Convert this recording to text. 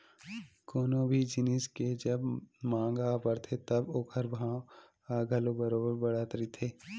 कोनो भी जिनिस के जब मांग ह बड़थे तब ओखर भाव ह घलो बरोबर बड़त रहिथे